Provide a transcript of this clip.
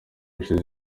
ishize